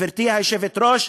גברתי היושבת-ראש,